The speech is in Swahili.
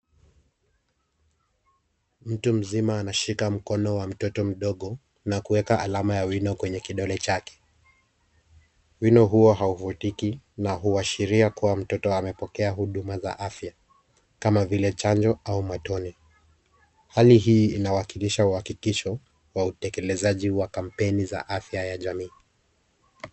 Mtu mzima anashika mkono wa mtoto mdogo, na kuweka alama ya wino kwenye kidole chake. Wino huo haufutiki na huashiria kuwa mtoto amepokea huduma za afya kama vile chanjo au matone. Hali hii inawakilisha uhakikisho wa utekelezaji wa kampeni za afya ya jamii.